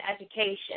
education